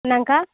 என்னாங்ககா